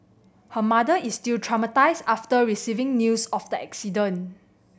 her mother is still traumatised after receiving news of the accident